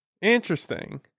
Interesting